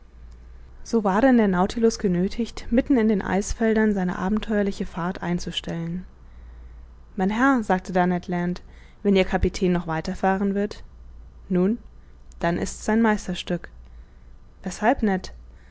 so war denn der nautilus genöthigt mitten in den eisfeldern seine abenteuerliche fahrt einzustellen mein herr sagte da ned land wenn ihr kapitän noch weiter fahren wird nun dann ist's sein meisterstück weshalb ned